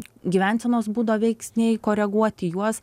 gyvensenos būdo veiksniai koreguoti juos